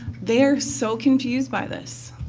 they are so confused by this.